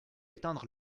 éteindre